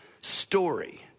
story